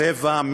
צבע,